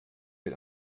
mit